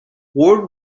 ward